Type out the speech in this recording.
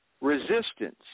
resistance